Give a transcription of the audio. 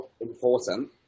important